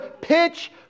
pitch